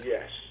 Yes